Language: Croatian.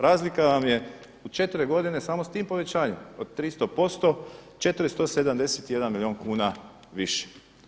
Razlika vam je u 4 godine samo s tim povećanjem od 300% 471 milijun kuna više.